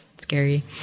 scary